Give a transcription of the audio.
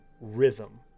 Rhythm